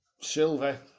Silva